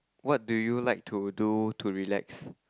what do you like to do to relax